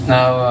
Now